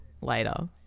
later